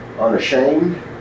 Unashamed